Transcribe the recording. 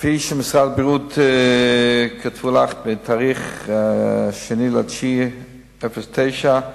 כפי שמשרד הבריאות כתבו לך בתאריך 2 בספטמבר 2009,